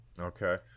Okay